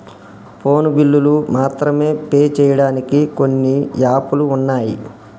phone బిల్లులు మాత్రమే pay చెయ్యడానికి కొన్ని యాపులు వున్నయ్